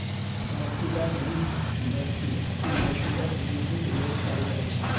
व्यक्तिगत वित्त, व्यक्ति अपन व्यक्तिगत वृद्धिक लेल करैत अछि